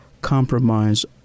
compromise